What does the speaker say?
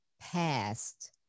past